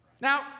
now